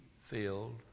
filled